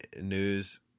news